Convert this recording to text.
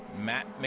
Matt